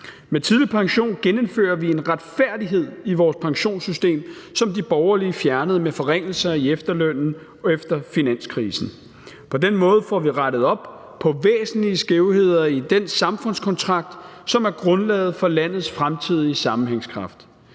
om tidlig pension genindfører vi en retfærdighed i vores pensionssystem, som de borgerlige fjernede med forringelser i efterlønnen efter finanskrisen. På den måde får vi rettet op på væsentlige skævheder i den samfundskontrakt, som er grundlaget for landets fremtidige sammenhængskraft.